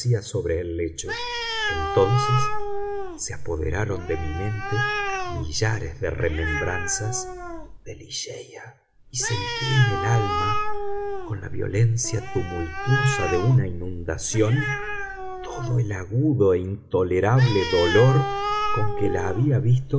sobre el lecho entonces se apoderaron de mi mente millares de remembranzas de ligeia y sentí en el alma con la violencia tumultuosa de una inundación todo el agudo e intolerable dolor con que la había visto